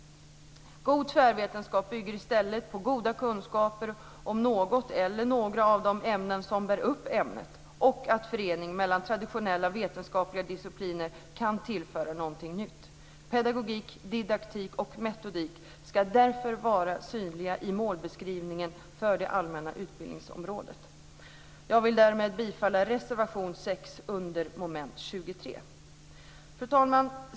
God tvärvetenskap bygger i stället på goda kunskaper om något eller några av de ämnen som bär upp ämnet och att förening mellan traditionella vetenskapliga discipliner kan tillföra något nytt. Pedagogik, didaktik och metodik ska därför vara synliga i målbeskrivningen för det allmänna utbildningsområdet. Jag vill därmed yrka bifall till reservation 6 under mom. 23. Fru talman!